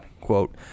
quote